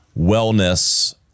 wellness